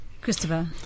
Christopher